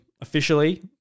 officially